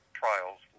trials